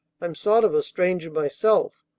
i'm sort of a stranger myself.